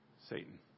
Satan